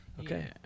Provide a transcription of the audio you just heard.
okay